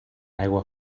aigua